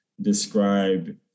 describe